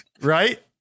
Right